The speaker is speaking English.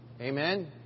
Amen